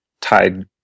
tied